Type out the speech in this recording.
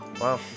Wow